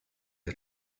are